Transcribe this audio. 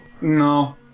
No